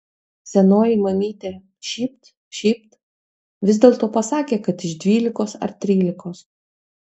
senoji mamytė šypt šypt vis dėlto pasakė kad iš dvylikos ar trylikos